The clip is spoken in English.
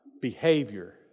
behavior